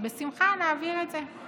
בשמחה נעביר את זה.